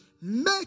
Make